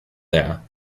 there